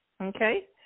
okay